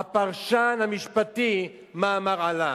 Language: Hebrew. הפרשן המשפטי, מה אמר עלי.